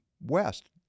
West